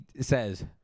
says